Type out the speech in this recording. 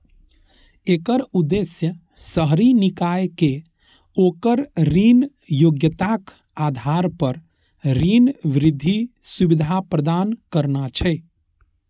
एकर उद्देश्य शहरी निकाय कें ओकर ऋण योग्यताक आधार पर ऋण वृद्धि सुविधा प्रदान करना छै